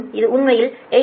இது உண்மையில் 8